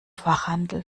fachhandel